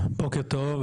בוקר טוב,